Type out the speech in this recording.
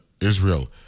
Israel